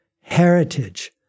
heritage